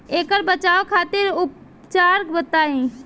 ऐकर बचाव खातिर उपचार बताई?